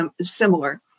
similar